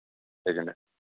छः जने